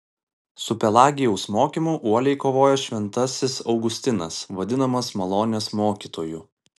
su pelagijaus mokymu uoliai kovojo šventasis augustinas vadinamas malonės mokytoju